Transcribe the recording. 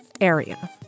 area